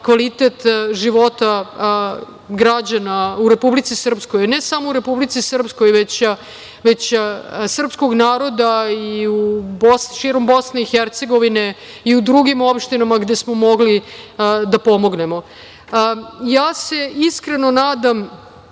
kvalitet života građana u Republici Srpskoj, ne samo u Republici Srpskoj, već srpskog naroda i u širom BiH i u drugim opštinama gde smo mogli da pomognemo. Ja se iskreno nadam,